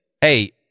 hey